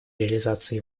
реализация